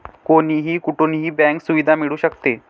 कोणीही कुठूनही बँक सुविधा मिळू शकते